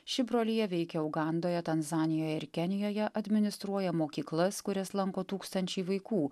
ši brolija veikia ugandoje tanzanijoje ir kenijoje administruoja mokyklas kurias lanko tūkstančiai vaikų